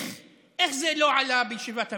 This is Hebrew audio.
איך זה לא עלה בישיבת הממשלה?